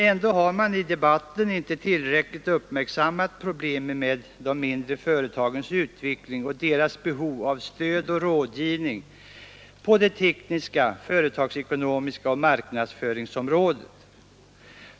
Ändå har man i debatten inte tillräckligt uppmärksammat problemet med de mindre företagens utveckling och deras behov av stöd och rådgivning på de tekniska och företagsekonomiska områdena och i fråga om marknadsföringen.